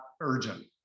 urgent